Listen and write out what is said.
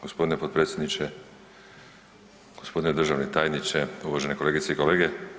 Gospodine potpredsjedniče, gospodine državni tajniče, uvažene kolegice i kolege.